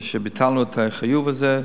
ביטלנו את החיוב הזה.